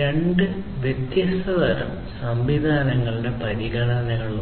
രണ്ട് വ്യത്യസ്ത തരം സംവിധാനങ്ങളുടെ പരിഗണനകളുണ്ട്